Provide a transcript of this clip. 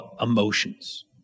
emotions